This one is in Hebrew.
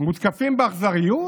מותקפים באכזריות?